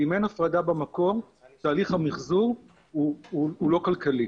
אם אין הפרדה במקור, תהליך הייצור לא כלכלי.